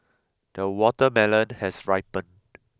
the watermelon has ripened